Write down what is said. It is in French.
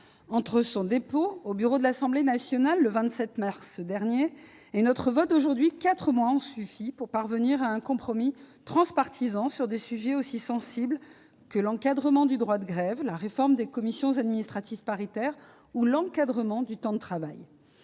Entre son dépôt sur le bureau de l'Assemblée nationale le 27 mars dernier et notre vote d'aujourd'hui, quatre mois ont suffi pour parvenir à un compromis transpartisan sur des sujets aussi sensibles que l'encadrement du droit de grève, la réforme des commissions administratives paritaires ou l'encadrement du temps de travail.